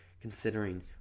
considering